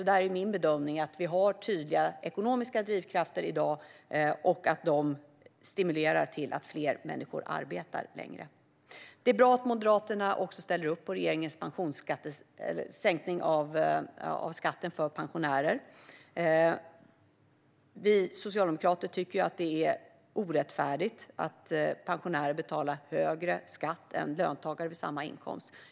Det är min bedömning att vi har tydliga ekonomiska drivkrafter i dag och att de stimulerar fler människor till att arbeta längre. Det är bra att Moderaterna ställer upp på regeringens sänkning av skatten för pensionärer. Vi socialdemokrater tycker att det är orättfärdigt att pensionärer betalar högre skatt än löntagare vid samma inkomst.